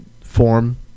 form